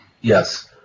Yes